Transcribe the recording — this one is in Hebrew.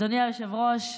אדוני היושב-ראש,